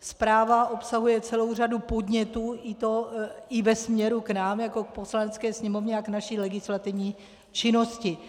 Zpráva obsahuje celou řadu podnětů i ve směru k nám jako k Poslanecké sněmovně a k naší legislativní činnosti.